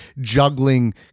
juggling